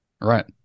right